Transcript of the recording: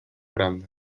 grandes